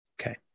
Okay